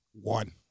one